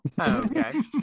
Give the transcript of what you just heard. Okay